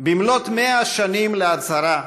במלאת 100 שנים להצהרה,